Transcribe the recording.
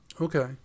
Okay